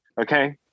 okay